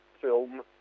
film